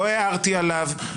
לא הערתי עליו,